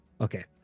Okay